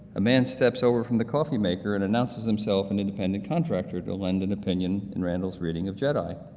a man steps over from the coffeemaker and announces himself an independent contractor to lend an opinion and randall's reading of jedi,